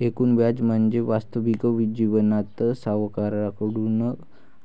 एकूण व्याज म्हणजे वास्तविक जीवनात सावकाराकडून